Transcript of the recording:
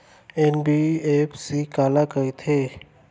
NBFC काला कहिथे?